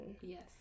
Yes